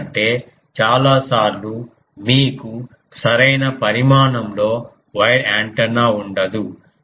ఎందుకంటే చాలా సార్లు మీకు సరైన పరిమాణంలో వైర్ యాంటెన్నా ఉండదు